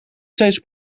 steeds